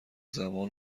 زمان